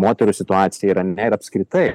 moterų situacija irane ir apskritai